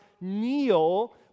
kneel